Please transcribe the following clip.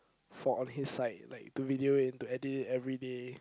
for on his side like to video it and to edit it everyday